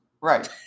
Right